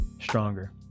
stronger